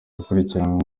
gukurikiranwa